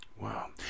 Wow